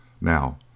Now